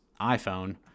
iPhone